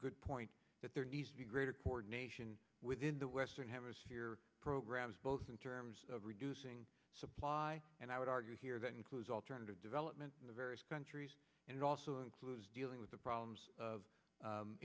good point that there needs to be greater coordination within the western hemisphere programs both in terms of reducing supply and i would argue here that includes alternative development in the various countries and it also includes dealing with the problems of